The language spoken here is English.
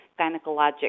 gynecologic